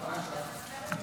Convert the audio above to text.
כנסת נכבדה,